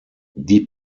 die